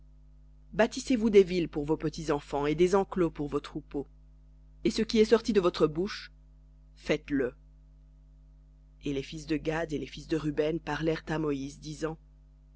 bâtissez vous des villes pour vos petits enfants et des enclos pour vos troupeaux et ce qui est sorti de votre bouche faites-le et les fils de gad et les fils de ruben parlèrent à moïse disant